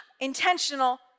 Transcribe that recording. intentional